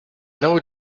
know